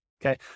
Okay